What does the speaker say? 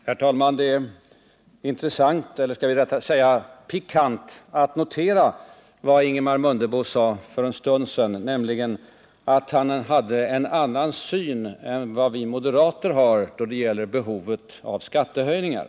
Herr talman! Det var intressant eller skall jag säga pikant att notera vad Ingemar Mundebo sade för en stund sedan, nämligen att han hade en annan syn än vi moderater på behovet av skattehöjningar.